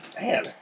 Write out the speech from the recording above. man